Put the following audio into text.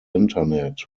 internet